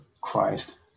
Christ